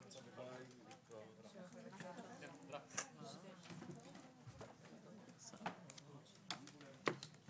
בבית חולים מאיר כפר סבא ואני נציג של חטיבת בתי החולים של הכללית.